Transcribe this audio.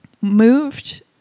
moved